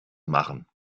machen